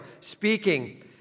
speaking